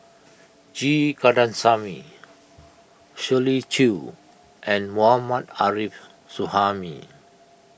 G Kandasamy Shirley Chew and Mohammad Arif Suhaimi